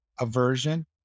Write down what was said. aversion